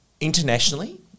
Internationally